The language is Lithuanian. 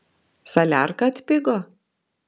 saliarka atpigo